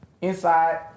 inside